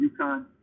UConn